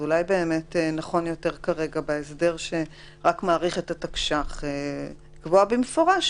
אז אולי בהסדר שרק מאריך את התקש"ח נכון יותר לקבוע במפורש,